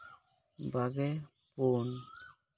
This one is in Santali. ᱵᱟᱜᱮ ᱯᱩᱱ